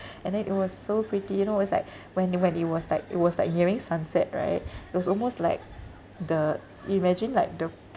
and then it was so pretty you know it was like when when it was like it was like nearing sunset right it was almost like the imagine like the the